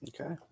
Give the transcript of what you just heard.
Okay